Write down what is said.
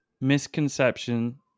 misconception